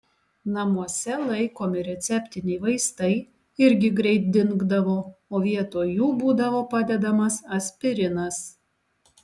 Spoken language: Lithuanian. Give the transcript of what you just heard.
namuose laikomi receptiniai vaistai irgi greit dingdavo o vietoj jų būdavo padedamas aspirinas